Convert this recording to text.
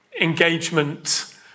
engagement